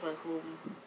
a home